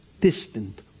Distant